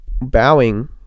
bowing